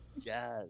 Yes